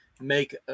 make